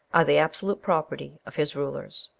are the absolute property of his rulers.